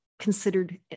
considered